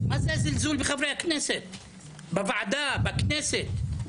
מה זה הזלזול בחברי הכנסת, בוועדה, בכנסת?